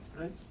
right